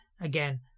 again